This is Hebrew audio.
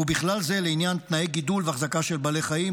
ובכלל זה לעניין תנאי גידול והחזקה של בעלי חיים,